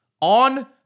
on